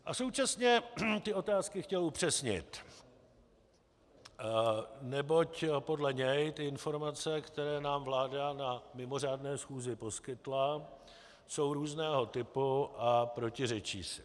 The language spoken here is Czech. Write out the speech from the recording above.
A současně ty otázky chtěl upřesnit, neboť podle něj ty informace, které nám vláda na mimořádné schůzi poskytla, jsou různého typu a protiřečí si.